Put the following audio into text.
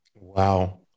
Wow